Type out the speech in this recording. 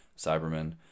Cybermen